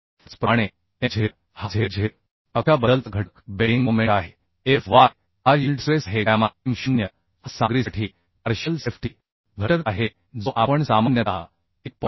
त्याचप्रमाणे Mz हा zz अक्षाबद्दलचा घटक बेंडिंग मोमेंट आहे Fy हा यील्ड स्ट्रेस आहे गॅमा M 0 हा सामग्रीसाठी पार्शियल सेफ्टी घटक आहे जो आपण सामान्यतः 1